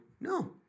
No